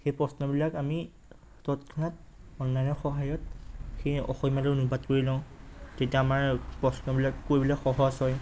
সেই প্ৰশ্নবিলাক আমি তৎক্ষণাত অনলাইনৰ সহায়ত সেই অসমীয়ালৈ অনুবাদ কৰি লওঁ তেতিয়া আমাৰ প্ৰশ্নবিলাক কৰিবলে সহজ হয়